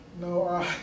No